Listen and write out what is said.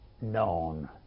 known